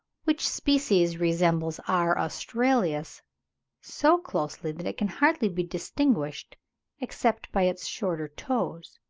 which species resembles r. australis so closely, that it can hardly be distinguished except by its shorter toes.